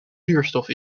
zuurstof